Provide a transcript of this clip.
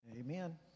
amen